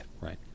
right